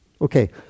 Okay